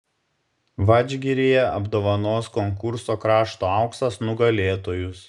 vadžgiryje apdovanos konkurso krašto auksas nugalėtojus